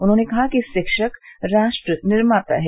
उन्होंने कहा कि शिक्षक राष्ट्र निर्माता है